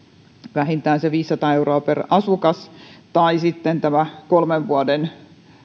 vähintään viisisataa euroa per asukas tai sitten se että kolmen vuoden